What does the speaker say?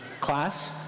class